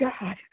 God